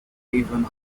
even